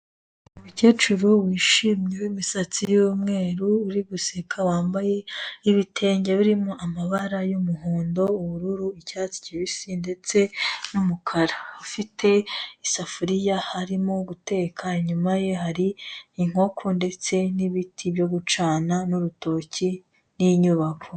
Umukecuru wishimye w'imisatsi y'umweru uri guseka wambaye ibitenge birimo amabara y'umuhondo, ubururu, icyatsi kibisi ndetse n umukara ufite isafuriya arimo guteka, inyuma ye hari inkoko ndetse n ibiti byo gucana n urutoki n'inyubako.